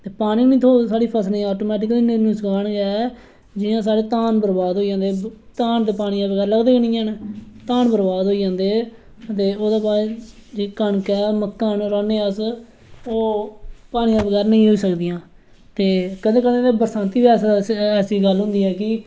ते पानी नेईं थ्होग ते साढ़ी फसला नुक्सान होंदी ऐ जियां साढ़े धान बर्बाद होई जंदी घान ते पानियै दे बगैर लगदे नेई हैन धान बर्बाद होई जंदे दे ओहदे बाद जेहकी कनक ऐ मक्कां ना र्हाने आं अस ओह् पानी दे बगैर नेईं होई सकदियां ते कदें कदें बरसांती बी ऐसी गल्ल होंदी ऐ कि